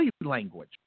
language